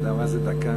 אתה יודע מה זו דקה?